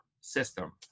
system